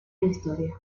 victoria